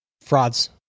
Frauds